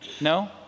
No